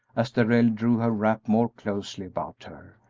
as darrell drew her wrap more closely about her.